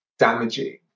damaging